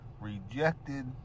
rejected